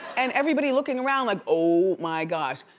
and everybody looking around like, oh my gosh.